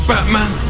Batman